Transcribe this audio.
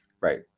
Right